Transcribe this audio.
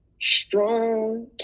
Strong